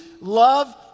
love